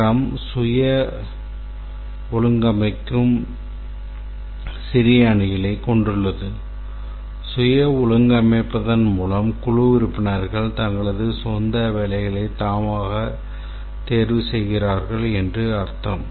scrum சுய ஒழுங்கமைக்கும் சிறிய அணிகளைக் கொண்டுள்ளது சுய ஒழுங்கமைப்பதன் மூலம் குழு உறுப்பினர்கள் தங்களது சொந்த வேலைகளை தாமாக தேர்வு செய்கிறார்கள் என்று அர்த்தம்